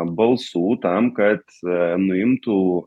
balsų tam kad nuimtų